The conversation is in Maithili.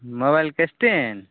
मोबाइलके स्टैन्ड